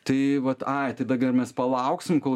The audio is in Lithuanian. tai vat ai tada gerai mes palauksim kol